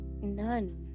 None